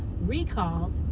recalled